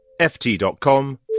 ft.com